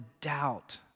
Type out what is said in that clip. doubt